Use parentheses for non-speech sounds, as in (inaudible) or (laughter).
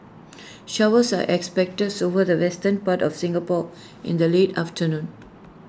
showers are expected (unintelligible) over the western part of Singapore in the late afternoon